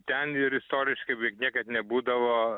ten ir istoriškai beveik niekad nebūdavo